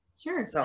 Sure